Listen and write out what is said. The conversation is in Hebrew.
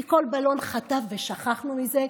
כי כל בלון חטף ושכחנו מזה?